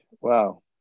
wow